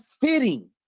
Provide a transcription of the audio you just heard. fitting